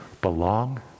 belong